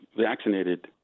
vaccinated